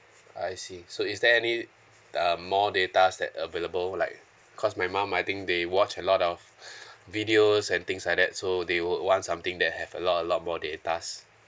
I see so is there any uh more datas that available like cause my mum I think they watch a lot of videos and things like that so they would want something that have a lot a lot more datas